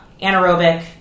anaerobic